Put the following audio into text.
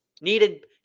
Needed